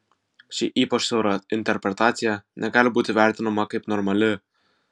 ši ypač siaura interpretacija negali būti vertinama kaip normali